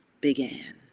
began